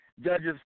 Judges